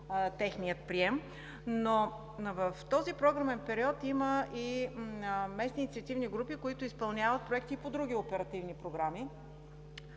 техният прием. Но в този програмен период има и местни инициативни групи, които изпълняват проекти и по други оперативни програми.